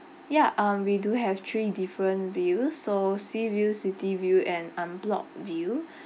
ya um we do have three different views so sea view city view and unblocked view